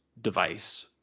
device